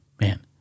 Man